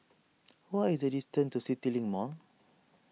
what is the distance to CityLink Mall